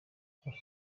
afurika